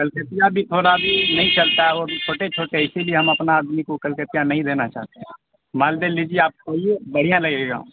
کلکتیا بھی تھوڑا ابھی نہیں چلتا ہے وہ بھی چھوٹے چھوٹے ہے اسی لیے ہم اپنا آدمی کو کلکتیا نہیں دینا چاہتے مالدہ لیجیے آپ کو یہ بڑھیا لگے گا